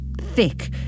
thick